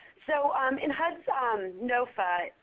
so in hud's nofa,